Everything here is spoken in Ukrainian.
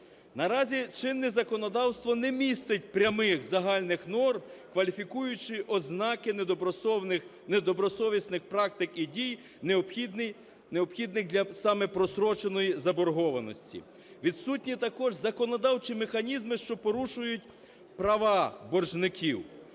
Наразі чинне законодавство не містить прямих загальних норм, кваліфікуючи ознаки недобросовісних практик і дій, необхідних для саме простроченої заборгованості. Відсутні також законодавчі механізми, що порушують права боржників,